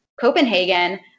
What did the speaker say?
Copenhagen